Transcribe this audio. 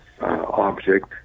object